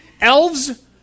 Elves